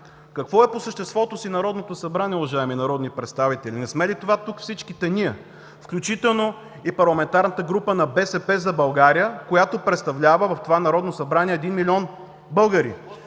Какво е по съществото си Народното събрание, уважаеми народни представители? Не сме ли това тук всичките ние, включително и парламентарната група на „БСП за България“, която представлява в това Народно събрание 1 милион българи?